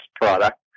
product